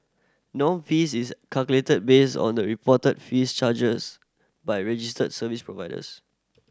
norm fee is calculated based on the reported fees charges by registered service providers